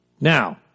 Now